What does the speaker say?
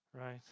right